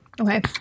Okay